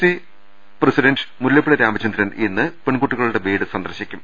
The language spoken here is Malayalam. സി അധ്യക്ഷൻ മുല്ലപ്പള്ളി രാമചന്ദ്രൻ ഇന്ന് പെൺകുട്ടികളുടെ വീട് സന്ദർശിക്കും